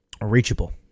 reachable